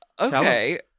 okay